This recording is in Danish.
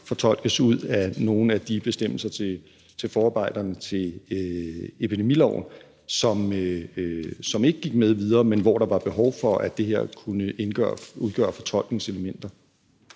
fortolkes ud af nogle af de bestemmelser til forarbejderne til epidemiloven, som ikke gik med videre, men hvor der var et behov for, at det her kunne udgøre fortolkningselementer.